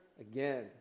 again